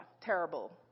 terrible